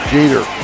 Jeter